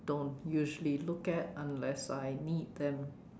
don't usually look at unless I need them